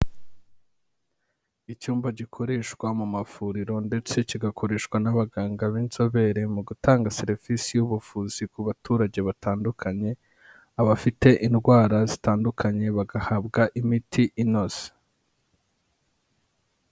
Icyumba gikoreshwa mu mavuriro ndetse kigakoreshwa n'abaganga b'inzobere mu gutanga serivisi y'ubuvuzi ku baturage batandukanye, abafite indwara zitandukanye bagahabwa imiti inoze.